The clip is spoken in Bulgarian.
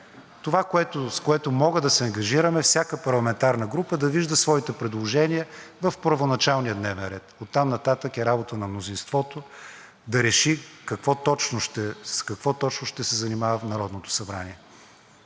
Това, с което мога да се ангажирам, е всяка парламентарна група да вижда своите предложения в първоначалния дневен ред, а оттам нататък е работа на мнозинството да реши с какво точно ще се занимава Народното събрание.